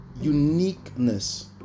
uniqueness